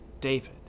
David